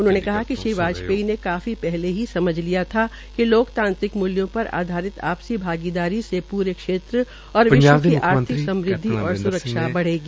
उन्होंने कहा कि श्री वाजपेयी ने काफी पहले ही समझ लिया था कि लोकतांत्रिक मूल्यों पर आधारित आपसी भागीदारी से पूरे क्षेत्र और विश्व की आर्थिक समृदवि और स्रक्षा बढ़ेगी